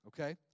okay